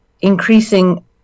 increasing